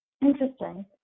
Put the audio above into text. Interesting